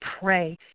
pray